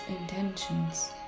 intentions